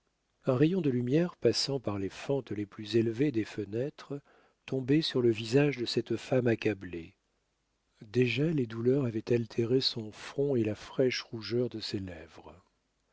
un rayon de lumière passant par les fentes les plus élevées des fenêtres tombait sur le visage de cette femme accablée déjà les douleurs avaient altéré son front et la fraîche rougeur de ses lèvres